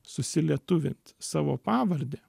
susilietuvint savo pavardę